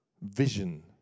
vision